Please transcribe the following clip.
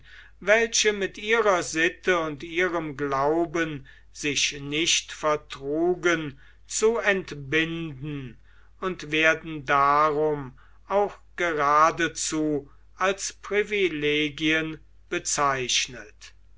welche mit ihrer sitte und ihrem glauben sich nicht vertrugen zu entbinden und werden darum auch geradezu als privilegien bezeichnet